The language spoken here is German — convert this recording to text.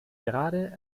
gerade